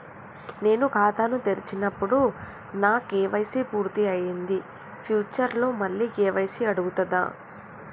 నేను ఖాతాను తెరిచినప్పుడు నా కే.వై.సీ పూర్తి అయ్యింది ఫ్యూచర్ లో మళ్ళీ కే.వై.సీ అడుగుతదా?